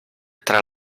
tra